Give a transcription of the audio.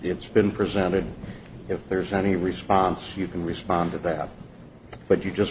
it's been presented if there's any response you can respond to that but you just